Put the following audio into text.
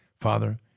Father